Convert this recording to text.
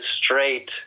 straight